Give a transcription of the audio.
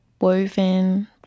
woven